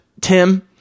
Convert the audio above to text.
tim